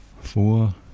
four